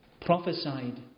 prophesied